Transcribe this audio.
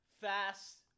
Fast